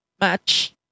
match